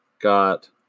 got